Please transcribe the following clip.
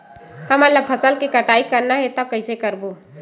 हमन ला फसल के कटाई करना हे त कइसे करबो?